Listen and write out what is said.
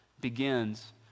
begins